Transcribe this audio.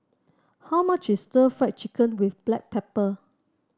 how much is Stir Fried Chicken with Black Pepper